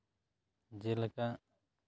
ᱡᱮᱞᱮᱠᱟ